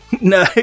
no